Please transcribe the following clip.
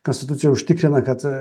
konstitucija užtikrina kad